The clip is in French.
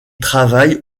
travaillent